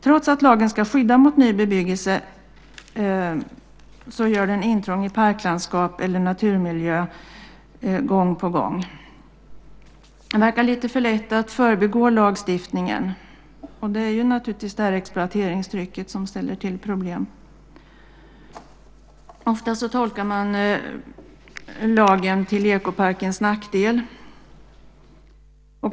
Trots att lagen ska skydda mot ny bebyggelse görs det intrång i parklandskap eller naturmiljö gång på gång. Det verkar vara lite för lätt att förbigå lagstiftningen. Det är naturligtvis exploateringstrycket som ställer till problem. Ofta tolkar man lagen till Ekoparkens nackdel.